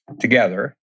together